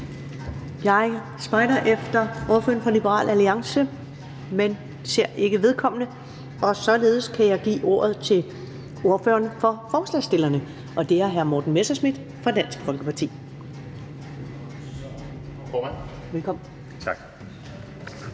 Jeg spejder efter ordføreren fra Liberal Alliance, men ser ikke vedkommende, og således kan jeg give ordet til ordføreren for forslagsstillerne, og det er hr. Morten Messerschmidt fra Dansk Folkeparti.